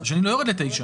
השני לא יורד ל-9.